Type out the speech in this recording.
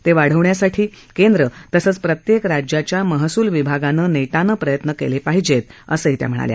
ते वाढवण्यासाठी केंद्र तसंच प्रत्येक राज्याच्या महसूल विभागानं नेटानं प्रयत्न केले पाहिजेत असं त्या म्हणाल्या